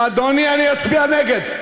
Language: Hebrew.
אדוני, אני אצביע נגד.